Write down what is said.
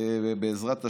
בעזרת השם,